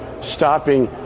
stopping